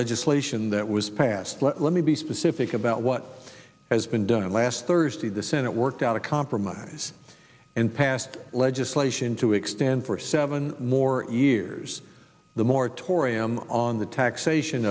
legislation that was passed let me be specific about what has been done and last thursday the senate worked out a compromise and passed legislation to extend for seven more years the moratorium on the taxation